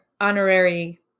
honorary